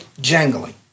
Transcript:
jangling